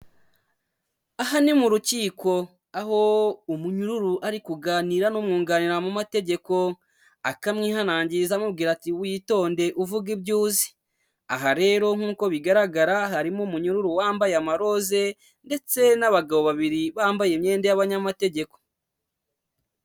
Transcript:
Aha ni mu rukiko aho umunyururu ari kuganira n'umwunganira mu mategeko ,akamwihanangiriza amubwira ati witonde uvuge ibyo uzi ,aha rero nkuko bigaragara harimo umunyururu wambaye amarose ndetse n'abagabo babiri bambaye imyenda y'abanyamategeko.